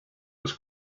was